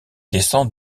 descend